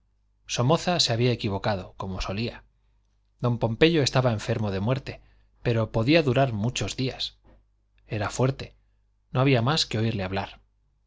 somoza se había equivocado como solía don pompeyo estaba enfermo de muerte pero podía durar muchos días era fuerte no había más que oírle hablar